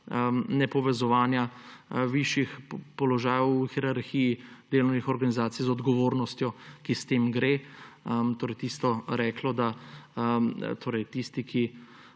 nepovezovanja višjih položajev v hierarhiji delovnih organizacij z odgovornostjo, ki s tem gre. Tisto reklo, da tisti, ki